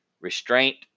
restraint